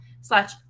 slash